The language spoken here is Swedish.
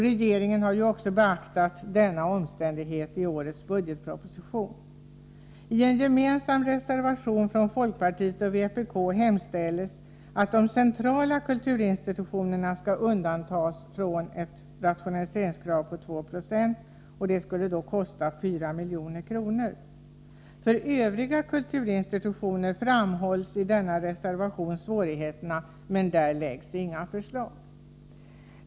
Regeringen har ju också beaktat denna omständighet i årets budgetproposition. I en gemensam reservation från folkpartiet och vpk hemställs att de centrala kulturinstitutionerna skall undantas från rationaliseringskravet på 2 YZ, vilket motsvarar en kostnad av 4 milj.kr. I reservationen framhålls svårigheterna för övriga kulturinstitutioner, men inga förslag framläggs.